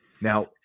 Now